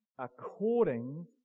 according